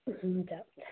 हुनु त